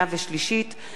הצעת חוק ציוד רפואי,